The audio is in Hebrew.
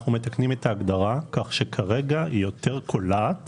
אנחנו מתקנים את ההגדרה ככה שכרגע היא יותר קולעת